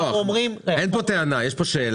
לא, אין פה טענה, יש פה שאלה.